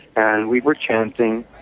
and we were chanting,